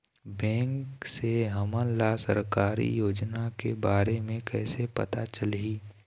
Bank से हमन ला सरकारी योजना के बारे मे कैसे पता चलही?